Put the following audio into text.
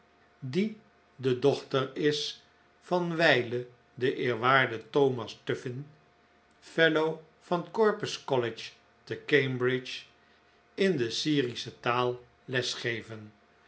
die de dochter is van wijlen den eerwaarden thomas tuffin fellow van corpus college te cambridge in de syrische taal les geven